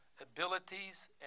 abilities